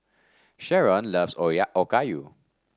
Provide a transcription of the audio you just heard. Sherron loves Okayu